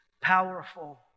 powerful